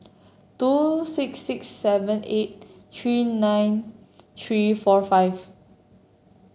two six six seven eight three nine three four five